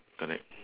correct